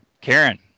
Karen